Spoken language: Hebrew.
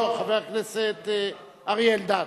לא, חבר הכנסת אריה אלדד.